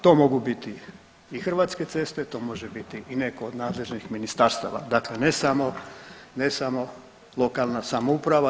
To mogu biti i Hrvatske ceste, to može biti i netko od nadležnih ministarstava, dakle ne samo lokalna samouprava.